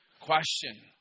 question